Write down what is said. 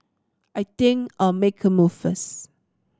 I think I'll make a move first